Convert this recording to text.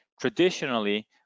Traditionally